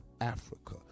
Africa